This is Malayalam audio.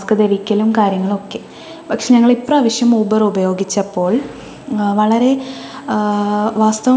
മാസ്ക് ധരിക്കലും കാര്യങ്ങളുമൊക്കെ പക്ഷെ ഞങ്ങളിപ്രാവശ്യം ഊബർ ഉപയോഗിച്ചപ്പോൾ വളരെ വാസ്തവം വളരെ